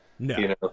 no